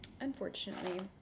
Unfortunately